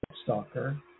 stalker